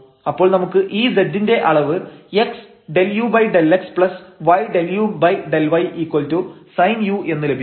അപ്പോൾ നമുക്ക് ഈ z ൻറെ അളവ് x∂u∂xy∂u∂ysinu എന്ന് ലഭിക്കും